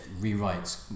rewrites